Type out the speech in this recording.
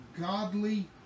godly